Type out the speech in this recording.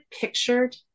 pictured